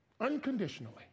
Unconditionally